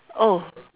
oh